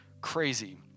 crazy